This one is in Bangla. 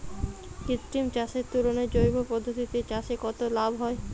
কৃত্রিম চাষের তুলনায় জৈব পদ্ধতিতে চাষে কত লাভ হয়?